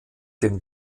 dem